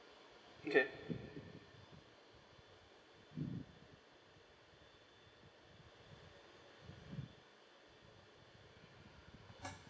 okay